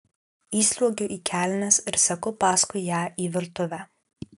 įsliuogiu į kelnes ir seku paskui ją į virtuvę